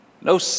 no